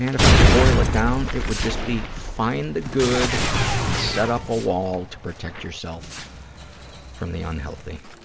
and if i could boil it down, it would just be find the good and set up a wall to protect yourself from the unhealthy.